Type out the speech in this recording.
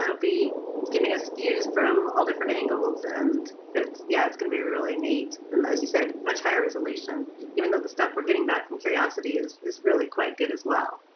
um be giving us views from all different angles, and it's yeah it's going be really neat and as you said much higher resolution even though the stuff we're getting back from curiosity is is really quite good as well.